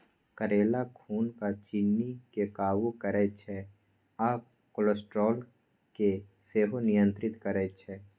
करेला खुनक चिन्नी केँ काबु करय छै आ कोलेस्ट्रोल केँ सेहो नियंत्रित करय छै